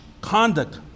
conduct